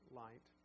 light